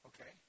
Okay